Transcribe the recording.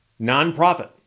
nonprofit